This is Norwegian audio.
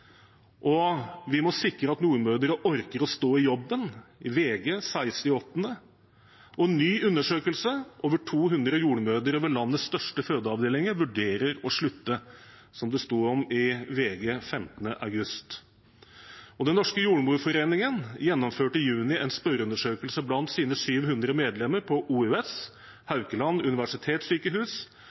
må sikre at jordmødre orker å stå i jobben», VG den 16. august. «Ny undersøkelse: Over 200 jordmødre ved landets største sykehus vurderer å slutte», VG den 15. august. Den norske jordmorforeningen gjennomførte i juni en spørreundersøkelse blant sine 700 medlemmer på OUS, Haukeland universitetssykehus,